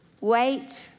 wait